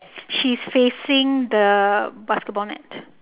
she's facing the basketball net